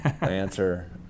answer